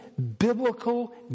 biblical